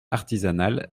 artisanale